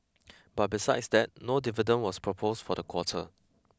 but besides that no dividend was proposed for the quarter